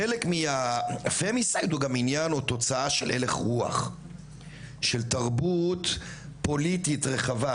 חלק מפמיסייד הוא עניין או תוצאה של הלך רוח של תרבות פוליטית רחבה,